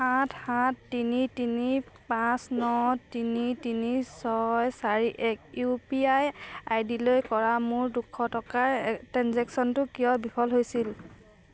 আঠ সাত তিনি তিনি পাঁচ ন তিনি তিনি ছয় চাৰি এক ইউ পি আই আই ডিলৈ কৰা মোৰ দুশ টকাৰ ট্ৰেঞ্জেক্শ্য়নটো কিয় বিফল হৈছিল